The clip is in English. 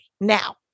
Now